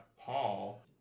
Paul